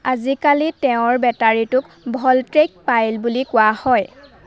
আজিকালি তেওঁৰ বেটাৰীটোক ভলটেইক পাইল বুলি কোৱা হয়